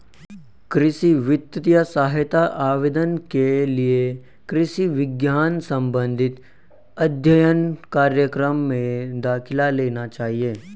कृषि वित्तीय सहायता आवेदन के लिए कृषि विज्ञान संबंधित अध्ययन कार्यक्रम में दाखिला लेना चाहिए